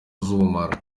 z’ubumara